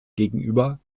gegenüber